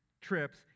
trips